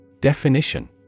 Definition